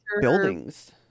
buildings